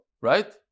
right